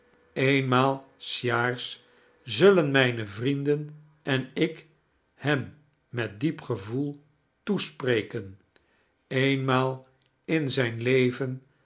eenmaal s jaars zullen mijne vrienden en ik hem met diep gevoel toespreken eenmaal in zijn leven